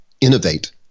innovate